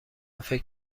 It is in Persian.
فکر